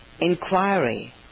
Inquiry